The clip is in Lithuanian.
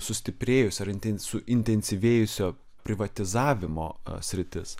sustiprėjus ar inten suintensyvėjusio privatizavimo sritis